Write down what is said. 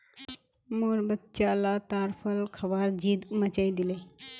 मोर बच्चा ला ताड़ फल खबार ज़िद मचइ दिले